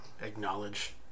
acknowledge